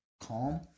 calm